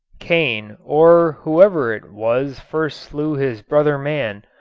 cain, or whoever it was first slew his brother man,